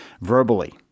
verbally